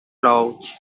clothes